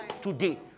today